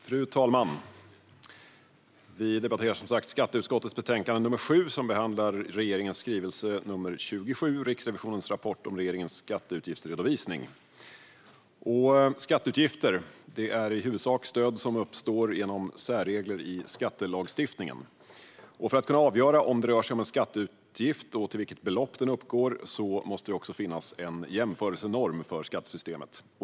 Fru talman! Vi debatterar nu skatteutskottets betänkande 7, som behandlar regeringens skrivelse 27, Riksrevisionens rapport om regeringens skatteutgiftsredovisning . Skatteutgifter är i huvudsak stöd som uppstår genom särregler i skattelagstiftningen. För att kunna avgöra om det rör sig om en skatteutgift och till vilket belopp den uppgår måste det finnas en jämförelsenorm för skattesystemet.